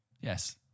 Yes